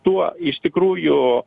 tuo iš tikrųjų